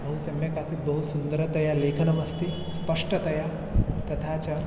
बहुसम्यक् आसीत् बहुसुन्दरतया लेखनम् अस्ति स्पष्टतया तथा च